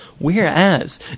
Whereas